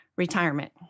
Retirement